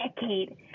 decade